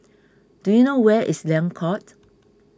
do you know where is Liang Court